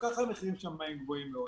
גם כך המחירים שם גבוהים מאוד.